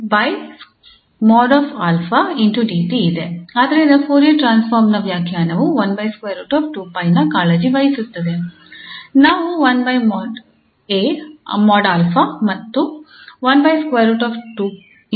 ಆದ್ದರಿಂದ Fourier transform ನ ವ್ಯಾಖ್ಯಾನವು ನ ಕಾಳಜಿ ವಹಿಸುತ್ತದೆ